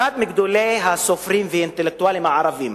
אחד מגדולי הסופרים והאינטלקטואלים הערבים,